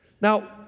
Now